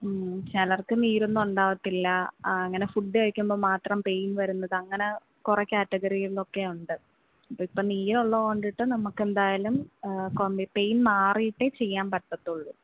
മ് ചിലർക്ക് നീരൊന്നും ഉണ്ടാവത്തില്ല അങ്ങനെ ഫുഡ് കഴിക്കുമ്പോൾ മാത്രം പെയിൻ വരുന്നത് അങ്ങനെ കുറേ ക്യാറ്റഗറികളൊക്കെ ഉണ്ട് ഇപ്പോൾ നീരുള്ളതുകൊണ്ടിട്ട് നമുക്കെന്തായാലും പെയിൻ മാറിയിട്ടേ ചെയ്യാൻ പറ്റത്തുള്ളൂ